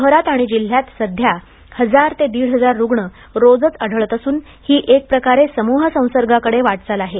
शहरात आणि जिल्ह्यात सध्या हजार ते दीड हजार रुग्ण रोजच आढळत असून ही एक प्रकारे समूह संसर्गाकडे वाटचाल आहे